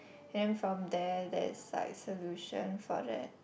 and from there there is like solution for that